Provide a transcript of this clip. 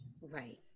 Right